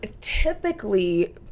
typically